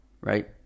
right